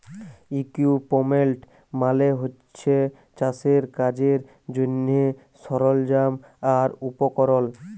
equipment মালে হছে চাষের কাজের জ্যনহে সরল্জাম আর উপকরল